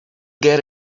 get